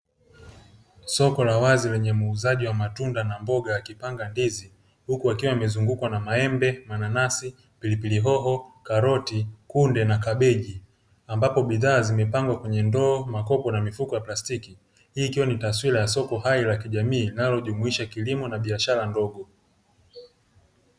Soko la wazi lenye muuzaji wa matunda na mboga akipanga ndizi huku akiwa amezungukwa na maembe, mananasi, pilipili hoho, karoti, kunde na kabeji. Ambapo bidhaa zimepangwa kwenye ndoo, makopo na mifuko ya plastiki hii ikiwa ni taswira ya soko hai la kijamii linalojumuisha kilimo na biashara ndogo.